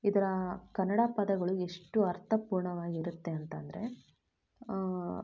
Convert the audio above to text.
ಇದರ ಕನ್ನಡ ಪದಗಳು ಎಷ್ಟು ಅರ್ಥಪೂರ್ಣವಾಗಿರುತ್ತೆ ಅಂತಂದ್ರೆ